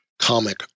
comic